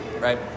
right